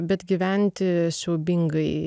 bet gyventi siaubingai